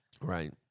right